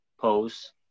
post